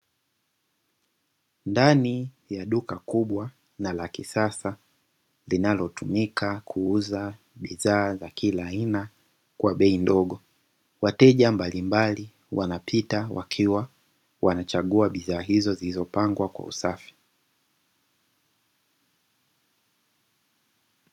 Ndani ya duka kubwa na la kisasa, linalotumika kuuza bidhaa za kila aina kwa bei ndogo, wateja mbalimbali wanapita wakiwa wanachagua bidhaa hizo, zilizo pangwa kwa usafi.